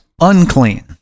unclean